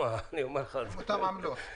עם אותן עמלות.